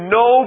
no